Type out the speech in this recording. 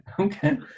Okay